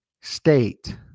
state